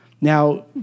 Now